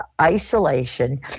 isolation